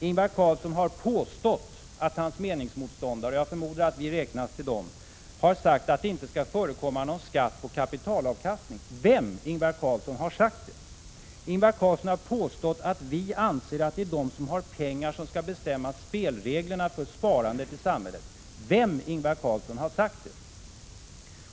Ingvar Carlsson har påstått att hans meningsmotståndare — jag förmodar att vi räknas till dem — har sagt att det inte skall förekomma någon skatt på kapitalavkastning. Vem, Ingvar Carlsson, har sagt detta? Statsminister Ingvar Carlsson har vidare påstått att vi anser att det är de som har pengar som skall bestämma spelreglerna för sparandet i samhället. Vem, Ingvar Carlsson, har sagt detta?